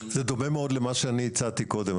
זה דומה מאוד למה שאני הצעתי קודם,